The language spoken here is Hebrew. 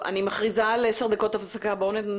אני ארצה לפתוח באיזה שהן חדשות טובות,